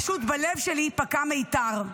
פשוט בלב שלי פקע מיתר.